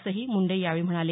असंही मुंडे यावेळी म्हणाले